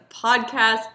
podcast